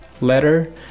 letter